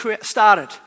started